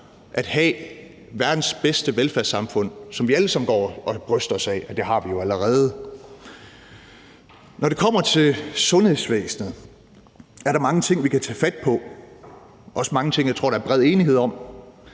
at få verdens bedste velfærdssamfund, som vi jo alle sammen går og bryster os af at vi allerede har. Når det kommer til sundhedsvæsenet, er der mange ting, vi kan tage fat på. Der er også mange ting, som jeg tror der er bred enighed om,